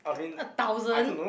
a thousand